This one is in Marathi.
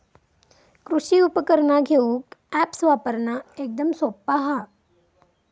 कृषि उपकरणा घेऊक अॅप्स वापरना एकदम सोप्पा हा